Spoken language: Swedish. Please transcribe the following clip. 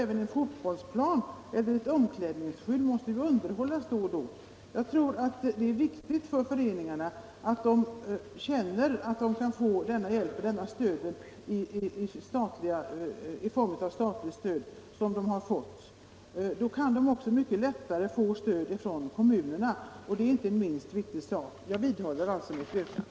Även en fotbollsplan eller ett omklädningsrum måste ju underhållas då och då. Det är också viktigt för föreningarna att känna att de kan få denna hjälp i form av statligt stöd, eftersom det då kan vara mycket lättare att också få stöd från kommunerna. Det är också mycket angeläget. Herr talman! Jag vidhåller alltså mitt yrkande.